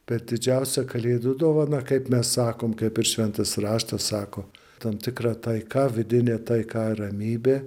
bet didžiausia kalėdų dovana kaip mes sakom kaip ir šventas raštas sako tam tikra taika vidinė taika ramybė